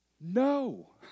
no